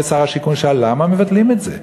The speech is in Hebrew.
ושר השיכון שאל: למה מבטלים את זה?